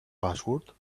password